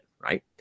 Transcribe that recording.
right